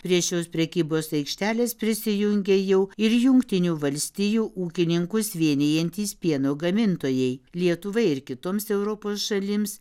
prie šios prekybos aikštelės prisijungė jau ir jungtinių valstijų ūkininkus vienijantys pieno gamintojai lietuvai ir kitoms europos šalims